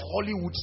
Hollywood